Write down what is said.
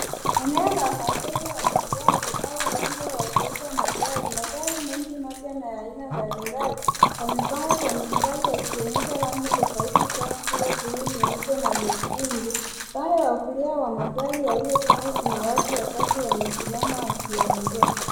Eneo la maegesho ya magari au uwanja wa kuuza magari mengi mapya aina mbalimbali yamepangwa kwa mistari mbali tofauti kama vile bluu, nyeupe na nyekundu. Upande wa kulia wa magari yaliyopangwa kuna watu watatu wamesimama wakiongea.